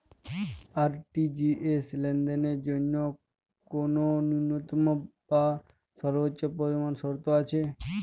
RTGS লেনদেনের জন্য কোন ন্যূনতম বা সর্বোচ্চ পরিমাণ শর্ত আছে?